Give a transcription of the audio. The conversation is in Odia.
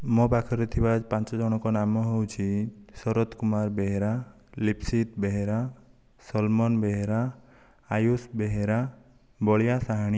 ମୋ ପାଖରେ ଥିବା ପାଞ୍ଚ ଜଣଙ୍କ ନାମ ହେଉଛି ଶରତ କୁମାର ବେହେରା ଲିପ୍ସିତ ବେହେରା ସଲମନ୍ ବେହେରା ଆୟୁଷ ବେହେରା ବଳିଆ ସାହାଣୀ